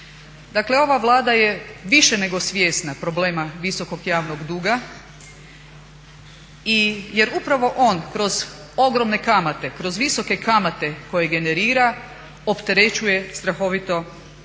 Dakle ova Vlada je više nego svjesna problema visokog javnog duga jer upravo on kroz ogromne kamate, kroz visoke kamate koje generira opterećuje strahovito